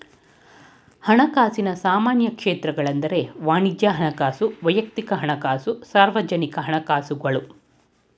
ಹಣಕಾಸಿನ ಸಾಮಾನ್ಯ ಕ್ಷೇತ್ರಗಳೆಂದ್ರೆ ವಾಣಿಜ್ಯ ಹಣಕಾಸು, ವೈಯಕ್ತಿಕ ಹಣಕಾಸು, ಸಾರ್ವಜನಿಕ ಹಣಕಾಸುಗಳು